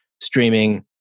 streaming